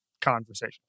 conversation